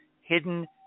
hidden